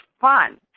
fun